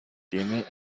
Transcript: tiene